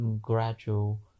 gradual